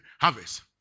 harvest